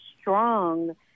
strong